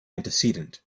antecedent